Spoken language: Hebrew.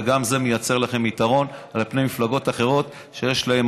וגם זה מייצר לכם יתרון על מפלגות אחרות שיש להן,